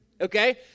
okay